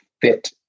fit